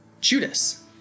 Judas